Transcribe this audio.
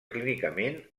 clínicament